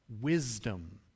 wisdom